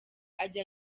ajya